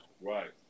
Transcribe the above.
Right